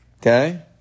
Okay